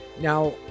Now